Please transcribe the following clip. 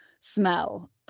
smell